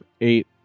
eight